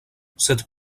cette